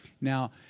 Now